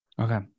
Okay